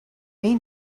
mean